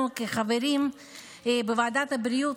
אנחנו כחברים בוועדת הבריאות,